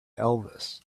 elvis